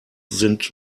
sind